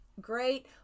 great